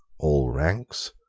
all ranks,